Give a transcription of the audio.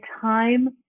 time